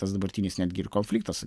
tas dabartinis netgi ir konfliktas